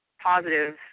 positive